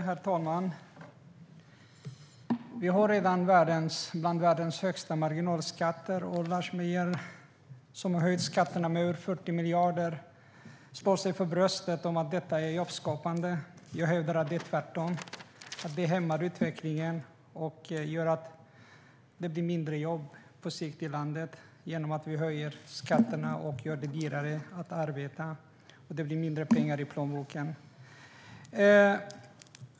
Herr talman! Vi har redan en av världens högsta marginalskatter. Lars Mejern Larssons regering har höjt skatterna med över 40 miljarder och slår sig för bröstet och säger att detta är jobbskapande. Jag hävdar att det är tvärtom. Det hämmar utvecklingen och gör att det blir mindre jobb på sikt i landet genom att vi höjer skatterna och gör det dyrare att arbeta, och det blir mindre pengar i plånboken.